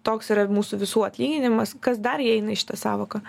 toks yra mūsų visų atlyginimas kas dar įeina į šią sąvoką